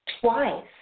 twice